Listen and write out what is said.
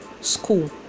school